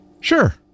Sure